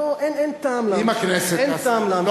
אין טעם, אם הכנסת תעשה?